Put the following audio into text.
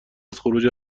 خروج